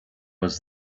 was